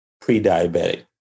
pre-diabetic